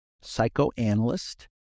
psychoanalyst